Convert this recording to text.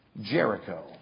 Jericho